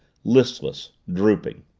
listless, drooping.